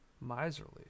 Miserly